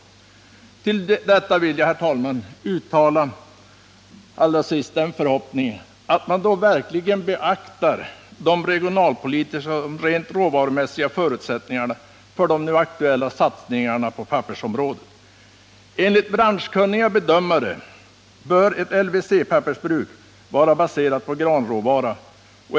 Med anledning av detta vill jag, herr talman, till sist uttala den förhoppningen att man då verkligen beaktar både de regionalpolitiska och de råvarumässiga förutsättningarna för de nu aktuella satsningarna på pappersområdet. Enligt branschkunniga bedömare bör ett LWC-pappersbruk vara baserat på granråvara.